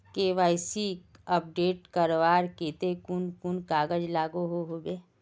KYC update करवार केते कुन कुन कागज लागोहो होबे?